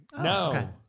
no